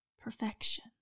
perfection